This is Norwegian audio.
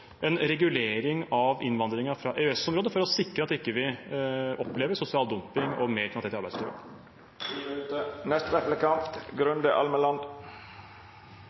en regulering av innvandringen fra EØS-området for å sikre at vi ikke opplever sosial dumping og mer kriminalitet i arbeidslivet.